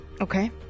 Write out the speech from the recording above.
Okay